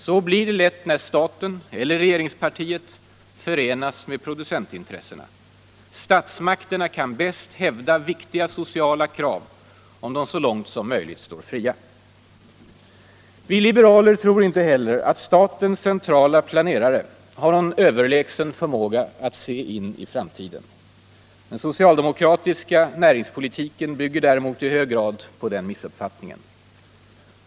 Så blir det lätt när staten, eller regeringspartiet, förenas med producentintressena. Statsmakterna kan bäst hävda viktiga sociala krav om de så långt som möjligt står fria. Vi liberaler tror inte heller att statens centrala planerare har någon överlägsen förmåga att se in i framtiden. Den socialdemokratiska näringspolitiken bygger däremot i hög grad på den missuppfattningen.